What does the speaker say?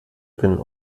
bin